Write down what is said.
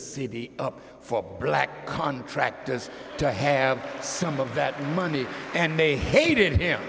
city up for black contractors to have some of that money and they paid him